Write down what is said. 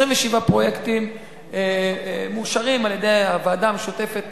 27 פרויקטים מאושרים על-ידי הוועדה המשותפת